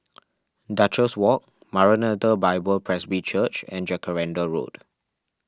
Duchess Walk Maranatha Bible Presby Church and Jacaranda Road